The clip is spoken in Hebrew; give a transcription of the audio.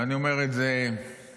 ואני אומר את זה לצערי,